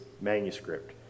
manuscript